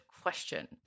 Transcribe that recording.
question